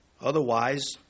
Otherwise